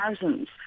thousands